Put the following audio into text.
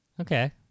Okay